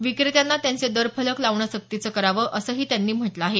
विक्रेत्यांना त्यांचे दर फलक लावणं सक्तीचं करावं असंही त्यांनी म्हटलं आहे